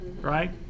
Right